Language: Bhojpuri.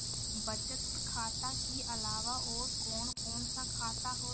बचत खाता कि अलावा और कौन कौन सा खाता होला?